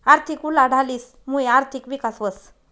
आर्थिक उलाढालीस मुये आर्थिक विकास व्हस